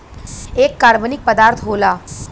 एक कार्बनिक पदार्थ होला